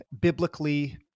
biblically